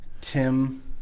Tim